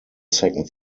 second